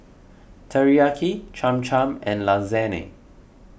Teriyaki Cham Cham and Lasagne